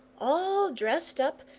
all dressed up,